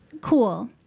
Cool